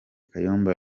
kayumba